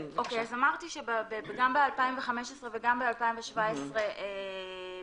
אז אמרתי שגם ב-2015 וגם ב-2017 ביקשה